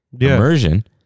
Immersion